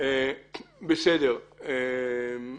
של העניין.